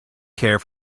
care